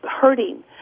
hurting